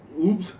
!oops!